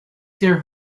their